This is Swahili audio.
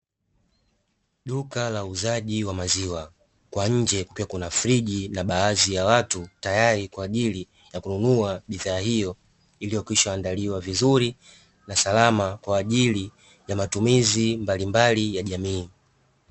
Duka la uuzaji wa maziwa kwa nje kukiwa kuna friji na baadhi ya watu, tayari kwa ajili ya kununua bidhaa hiyo iliyokwisha andaliwa vizuri na salama kwa ajili ya matumizi mbalimbali ya jamii.